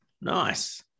Nice